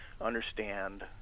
understand